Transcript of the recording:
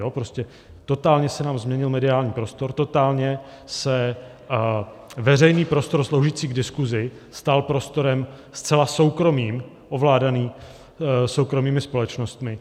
Prostě totálně se nám změnil mediální prostor, totálně se veřejný prostor sloužící k diskusi stal prostorem zcela soukromým, ovládaným soukromými společnostmi.